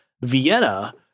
Vienna